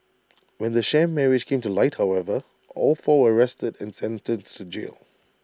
when the sham marriage came to light however all four were arrested and sentenced to jail